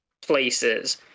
places